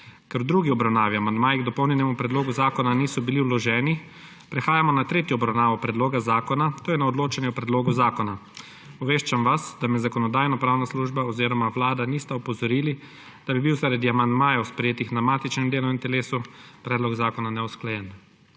Ker v drugi obravnavi amandmaji k dopolnjenemu predlogu zakona niso bili vloženi, prehajamo na tretjo obravnavo predloga zakona, to je na odločanje o predlogu zakona. Obveščam vas, da me Zakonodajno-pravna služba oziroma Vlada nista opozorili, da bi bil zaradi amandmajev, sprejetih na matičnem delovnem telesu, predlog zakona neusklajen.